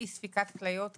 אי ספיקת כליות קיצונית,